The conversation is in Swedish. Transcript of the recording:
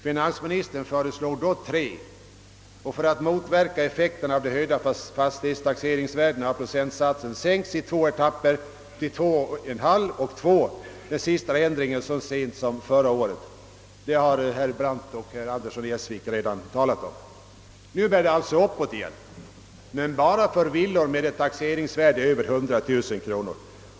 Finansministern föreslog då 3 procent, och för att motverka effekten av de höjda fastighetstaxeringsvärdena har procentsatsen i två etapper sänkts till 2,5 respektive 2 procent. Den senaste ändringen gjordes så sent som förra året som herr Brandt och herr Andersson i Essvik redan nämnt. Nu bär det alltså uppåt igen — men bara för villor med ett taxeringsvärde över 100 000 kronor.